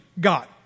God